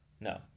No